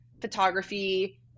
photography